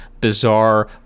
bizarre